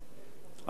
אבל כשבעיה